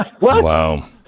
Wow